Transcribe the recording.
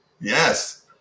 yes